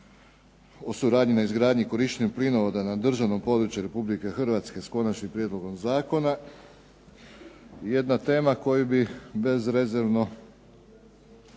o suradnji na izgradnji i korištenju plinovoda na državnom području Republike Hrvatske s konačnim prijedlogom zakona. Jedna tema koju bi bezrezervno